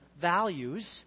values